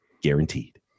guaranteed